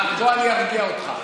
בוא אני ארגיע אותך,